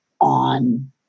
on